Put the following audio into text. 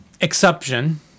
Exception